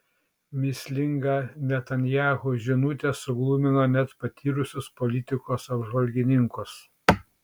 mįslinga netanyahu žinutė suglumino net patyrusius politikos apžvalgininkus